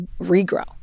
regrow